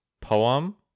poem